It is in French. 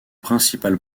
principal